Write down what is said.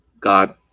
God